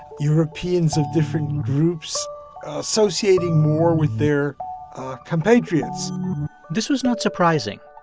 europeans of different groups associating more with their compatriots this was not surprising.